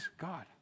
God